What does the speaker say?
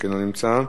לא נמצא,